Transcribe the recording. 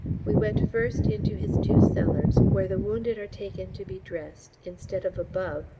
we went first into his two cellars, where the wounded are taken to be dressed, instead of above,